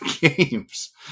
games